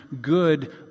Good